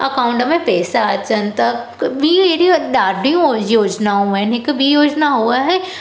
account में पैसा अचनि था ॿी अहिड़ी ॾाढी योजनाऊं आहिनि हिकु ॿी योजना उहा आहे